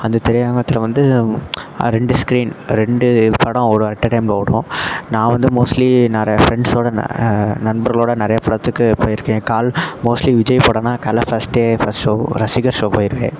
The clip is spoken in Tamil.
அந்த திரையரங்கத்தில் வந்து ரெண்டு ஸ்க்ரீன் ரெண்டு படம் ஓடும் அட் எ டைமில் ஓடும் நான் வந்து மோஸ்ட்லி நிறைய ஃப்ரெண்ட்ஸோடு நண்பர்களோடு நிறைய படத்துக்கு போய்ருக்கேன் காலை மோஸ்ட்லி விஜய் படன்னா காலைல ஃபர்ஸ்ட் டே ஃபர்ஸ்ட் ஷோ ரசிகர் ஷோ போய்ருவேன்